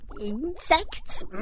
insects